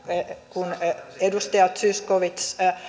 kun edustaja zyskowicz